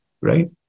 right